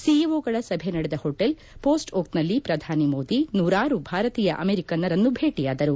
ಸಿಇಒಗಳ ಸಭೆ ನಡೆದ hotel post oak ನಲ್ಲಿ ಪ್ರಧಾನಿ ಮೋದಿ ನೂರಾರು ಭಾರತೀಯ ಅಮೆರಿಕನ್ನರನ್ನು ಭೇಟಿಯಾದರು